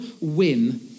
win